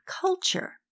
culture